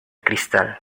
cristal